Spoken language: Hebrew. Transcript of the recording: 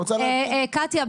קטיה,